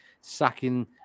sacking